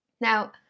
Now